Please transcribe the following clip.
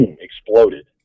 exploded